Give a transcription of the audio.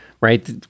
right